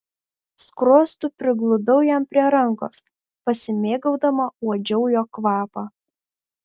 skruostu prigludau jam prie rankos pasimėgaudama uodžiau jo kvapą